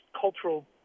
cultural